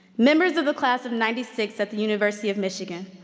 members of the class of ninety six at the university of michigan,